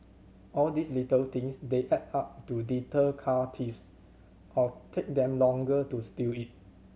all these little things they add up to deter car thieves or take them longer to steal it